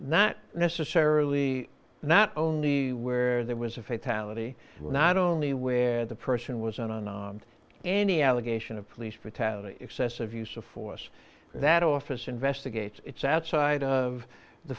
not necessarily not only where there was a fatality we're not only where the person was an unarmed any allegation of police brutality excessive use of force that office investigates it's outside of the